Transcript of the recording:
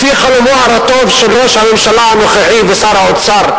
לפי חלומם הרטוב של ראש הממשלה הנוכחי ושר האוצר,